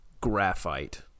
Graphite